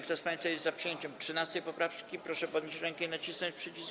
Kto z państwa jest za przyjęciem 13. poprawki, proszę podnieść rękę i nacisnąć przycisk.